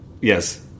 yes